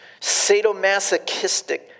sadomasochistic